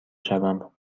شوم